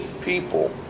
people